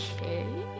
Okay